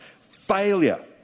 failure